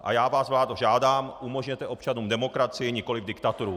A já vás, vládo, žádám, umožněte občanům demokracii, nikoli diktaturu.